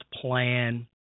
plan